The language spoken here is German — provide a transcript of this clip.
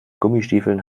gummistiefeln